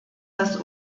dass